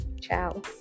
Ciao